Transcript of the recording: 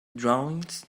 drawings